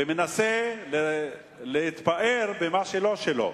ומנסה להתפאר במה שלא שלו.